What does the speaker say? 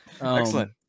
Excellent